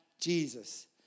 Jesus